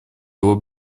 его